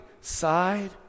side